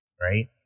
right